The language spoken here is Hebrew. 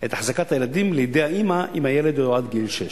את אחזקת הילדים לידי האמא אם הילד הוא עד גיל שש,